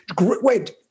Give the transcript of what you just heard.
wait